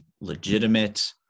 legitimate